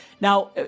Now